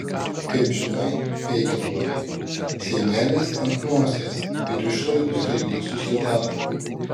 kaip žinai feigelmanai seimelis ant nosies ir išlaidų staigių susidaro